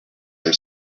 are